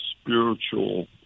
spiritual